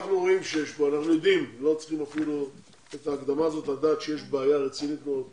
אנחנו יודעים גם ללא ההקדמה הזאת שיש בעיה רצינית מאוד בתחום.